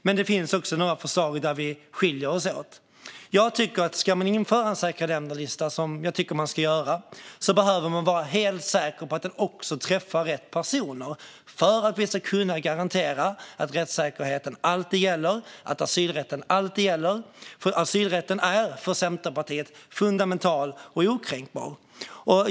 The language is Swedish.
Men det finns också några förslag där vi skiljer oss åt. Ska man införa en säkra länder-lista, vilket jag tycker att man ska göra, behöver man vara helt säker på att den träffar rätt personer för att vi ska kunna garantera att rättssäkerheten och asylrätten alltid gäller. Asylrätten är för Centerpartiet fundamental och okränkbar.